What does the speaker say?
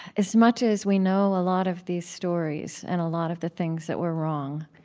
as much as we know a lot of these stories and a lot of the things that were wrong,